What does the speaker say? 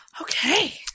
Okay